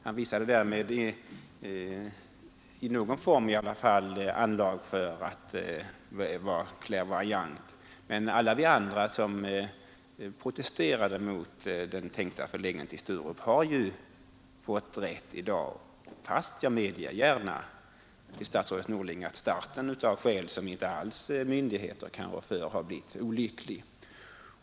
Han visade då anlag för att i någon form vara clairvoyant. Alla de andra, som protesterade mot den tänkta förläggningen till Sturup, har ju i dag fått rätt. Jag medger gärna, statsrådet Norling, att starten av skäl som myndigheter alls inte kan rå för blivit olycklig.